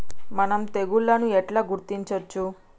మనం తెగుళ్లను ఎట్లా గుర్తించచ్చు?